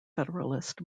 federalist